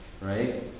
Right